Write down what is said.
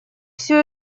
всю